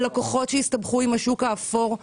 על לקוחות שהסתבכו עם השוק האפור,